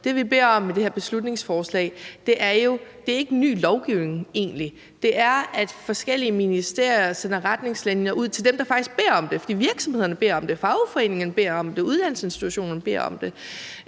Det, vi beder om med det her beslutningsforslag, er jo egentlig ikke ny lovgivning, men det er, at forskellige ministerier sender retningslinjer ud til dem, der faktisk beder om det, for virksomhederne beder om det, fagforeningerne beder om det, og uddannelsesinstitutionerne beder om det,